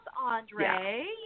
Andre